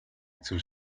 зүйл